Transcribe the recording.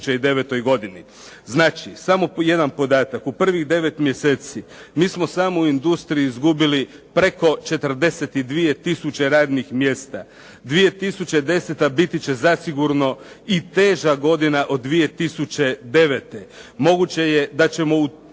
godini. Znači, samo jedan podatak. U prvih devet mjeseci mi smo samo u industriji izgubili preko 42 tisuće radnih mjesta. 2010. biti će zasigurno i teža godina od 2009. Moguće je da ćemo u